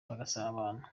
bagasabana